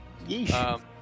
Yeesh